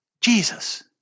Jesus